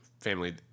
family